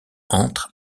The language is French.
entre